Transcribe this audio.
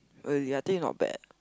really I think it's not bad